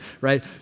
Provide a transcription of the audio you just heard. right